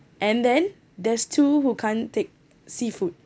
and then there's two who can't take seafood